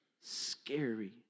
scary